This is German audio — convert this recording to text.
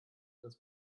das